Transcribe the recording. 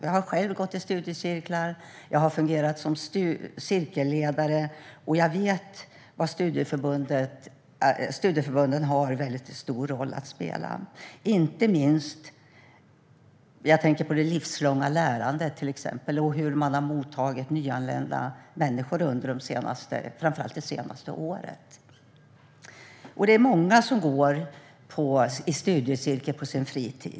Jag har själv gått i studiecirklar, och jag har fungerat som cirkelledare. Jag vet att studieförbunden har en väldigt stor roll att spela. Jag tänker till exempel på det livslånga lärandet och hur man har mottagit nyanlända människor framför allt under det senaste året. Det är många som går i studiecirkel på sin fritid.